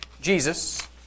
Jesus